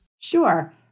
Sure